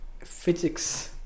physics